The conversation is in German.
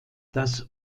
das